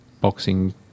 boxing